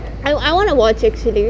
I I want to watch actually